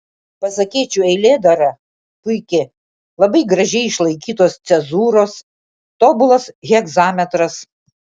pasakėčių eilėdara puiki labai gražiai išlaikytos cezūros tobulas hegzametras